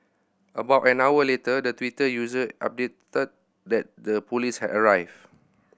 about an hour later the Twitter user updated that the police had arrived